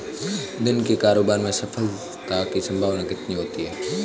दिन के कारोबार में सफलता की संभावना कितनी होती है?